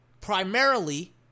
primarily